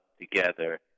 together